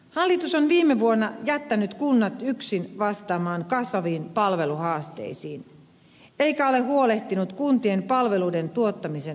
hallitus on viime vuonna jättänyt kunnat yksin vastaamaan kasvaviin palveluhaasteisiin eikä ole huolehtinut kuntien palveluiden tuottamisen rahoituksesta